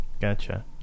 Gotcha